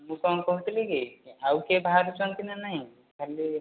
ମୁଁ କ'ଣ କହୁଥିଲି କି ଆଉ କିଏ ବାହାରୁଛନ୍ତି ନା ନାହିଁ ଖାଲି